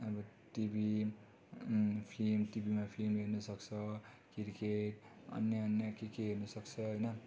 अब TV film टिभीमा film हेर्नुसक्छ क्रिकेट अन्य अन्य के के हेर्नुसक्छ होइन